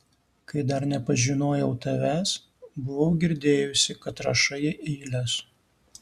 kai dar nepažinojau tavęs buvau girdėjusi kad rašai eiles